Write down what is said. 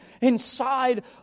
inside